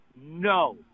No